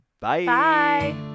Bye